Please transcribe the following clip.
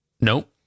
Nope